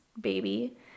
baby